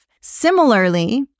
Similarly